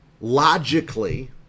logically